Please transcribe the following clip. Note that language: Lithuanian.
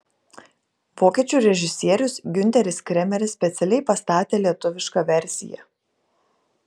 vokiečių režisierius giunteris kremeris specialiai pastatė lietuvišką versiją